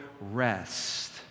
rest